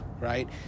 right